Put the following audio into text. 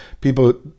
people